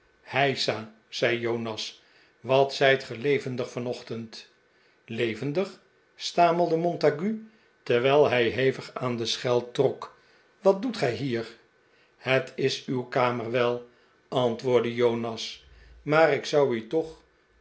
heisal zei jonas r wat zijt ge levendig vanochtend levendig stamelde montague terwijl hij hevig aan de schel trok wat doet gij hier m het is uw kamer wel antwoordde jonas maar ik zou u toch